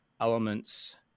elements